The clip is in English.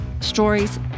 stories